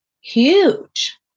huge